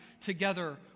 together